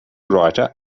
writer